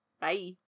bye